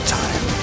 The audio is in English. time